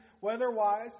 weather-wise